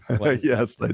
Yes